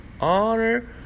Honor